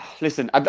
listen